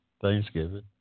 Thanksgiving